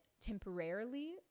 temporarily